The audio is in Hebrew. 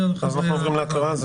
ניגש להקראה.